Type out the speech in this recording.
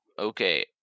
Okay